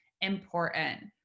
important